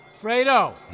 Fredo